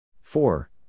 Four